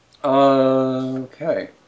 Okay